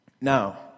Now